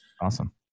awesome